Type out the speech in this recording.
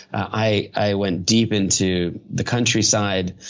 i i went deep into the country side.